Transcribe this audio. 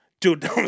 Dude